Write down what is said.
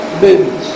bins